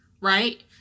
right